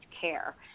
care